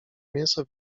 mięso